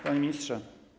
Panie Ministrze!